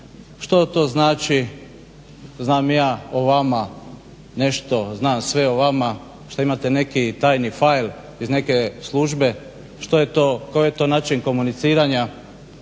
Što to znači, znam ja o vama nešto, znam sve o vama, šta imate neki tajni fail iz neke službe, što je to, koji je to način komuniciranja.